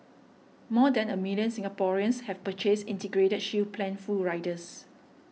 more than a million Singaporeans have purchased Integrated Shield Plan full riders